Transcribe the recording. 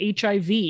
HIV